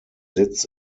sitz